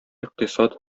икътисад